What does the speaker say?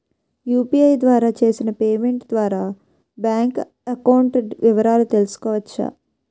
UPI ద్వారా చేసిన payment ద్వారా బ్యాంక్ అకౌంట్ వివరాలు తెలుసుకోవచ్చ?